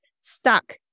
stuck